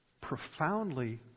Profoundly